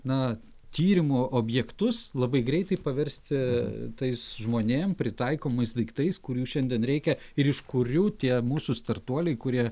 na tyrimo objektus labai greitai paversti tais žmonėm pritaikomais daiktais kurių šiandien reikia ir iš kurių tie mūsų startuoliai kurie